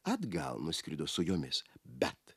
atgal nuskrido su jomis bet